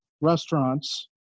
restaurants